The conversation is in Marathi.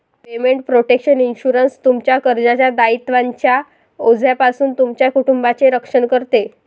पेमेंट प्रोटेक्शन इन्शुरन्स, तुमच्या कर्जाच्या दायित्वांच्या ओझ्यापासून तुमच्या कुटुंबाचे रक्षण करते